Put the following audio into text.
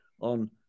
on